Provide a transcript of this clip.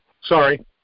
Sorry